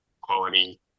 quality